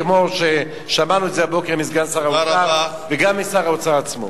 כמו ששמענו את זה הבוקר מסגן שר האוצר וגם משר האוצר עצמו.